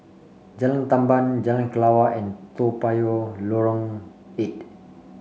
Jalan Tamban Jalan Kelawar and Toa Payoh Lorong Eight